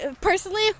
personally